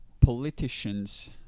politicians